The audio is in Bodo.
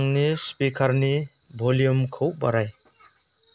आंनि स्पिकारनि भलियामखौ बाराय